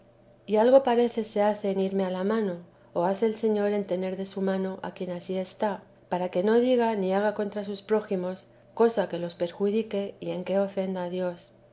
y algo parece se hace en irme a la mano o hace el señor en tener de su mano a quien ansí está para que no diga ni haga contra sus prójimos cosa que los perjudique y en que ofenda a dios